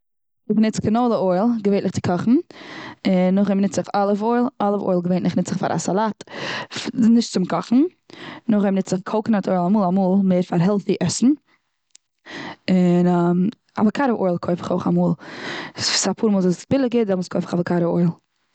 איך ניץ קענאולע אויל געווענליך צו קאכן. און נאך דעם נוץ איך אליוו אויל, אליוו אויל געווענליך נוץ איך פאר א סאלאט. פ- נישט צום קאכן. נאך דעם נוץ איך קאקאנאט אויל, מער א מאל, א מאל, מער פאר העלטי עסן. און אוואקאדא אויל קויף איך אויך א מאל. ס- אפאר מאל איז עס ביליגער, דעמאלץ קויף איך אוואקאדא אויל.